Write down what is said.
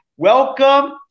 Welcome